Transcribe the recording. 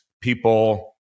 people